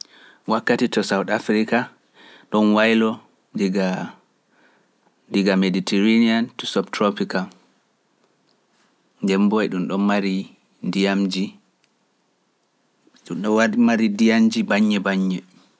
Wakkati to south afirka e don waylo diga mediterenian to sub tropical nden bo e dun mari ndiyamji banje bannye